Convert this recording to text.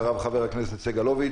אחריו חבר הכנסת יואב סגולוביץ'.